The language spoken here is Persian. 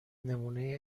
نمونه